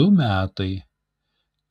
du metai